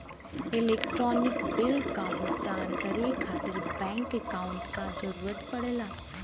electronic bill क भुगतान करे खातिर बैंक अकांउट क जरूरत पड़ला